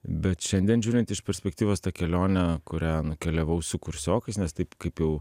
bet šiandien žiūrint iš perspektyvos ta kelionė kurią nukeliavau su kursiokais nes taip kaip jau